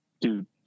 Dude